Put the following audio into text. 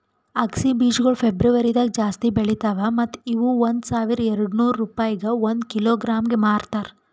ಅಗಸಿ ಬೀಜಗೊಳ್ ಫೆಬ್ರುವರಿದಾಗ್ ಜಾಸ್ತಿ ಬೆಳಿತಾವ್ ಮತ್ತ ಇವು ಒಂದ್ ಸಾವಿರ ಎರಡನೂರು ರೂಪಾಯಿಗ್ ಒಂದ್ ಕಿಲೋಗ್ರಾಂಗೆ ಮಾರ್ತಾರ